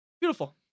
Beautiful